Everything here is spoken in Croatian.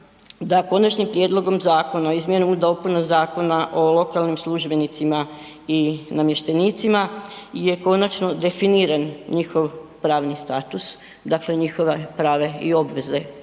Konačnim prijedlogom Zakona o izmjenama i dopunama Zakona o lokalnim službenicima i namještenicima je konačno definiran njihov pravni status, dakle njihova prava i obveze